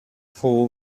poor